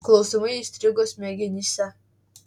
klausimai įstrigo smegenyse